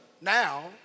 now